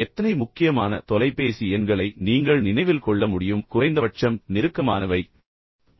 எனவே எத்தனை முக்கியமான தொலைபேசி எண்களை நீங்கள் நினைவில் கொள்ள முடியும் குறைந்தபட்சம் நெருக்கமானவை